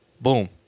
Boom